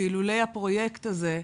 ואילולא הפרויקט הזה,